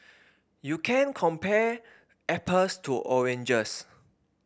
you can compare apples to oranges